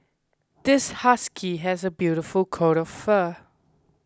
this husky has a beautiful coat of fur